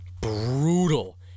brutal